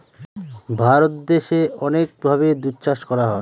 ভারত দেশে অনেক ভাবে দুধ চাষ করা হয়